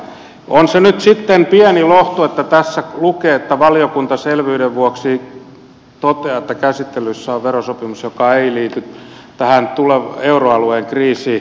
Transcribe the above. on se nyt sitten pieni lohtu että tässä lukee että valiokunta selvyyden vuoksi toteaa että käsittelyssä on verosopimus joka ei liity tähän euroalueen kriisiin